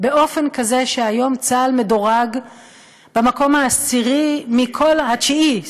באופן כזה שהיום צה"ל מדורג במקום העשירי, התשיעי.